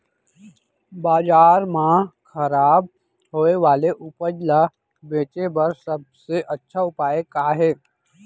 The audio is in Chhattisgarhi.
बाजार मा खराब होय वाले उपज ला बेचे बर सबसे अच्छा उपाय का हे?